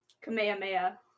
kamehameha